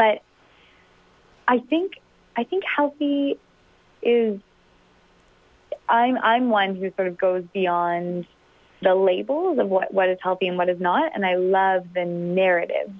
but i think i think healthy is i mean i'm one who sort of goes beyond the labels of what is healthy and what is not and i love the narrative